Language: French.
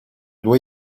dois